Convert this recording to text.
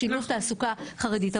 לשילוב תעסוקה חרדית.